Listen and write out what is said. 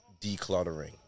Decluttering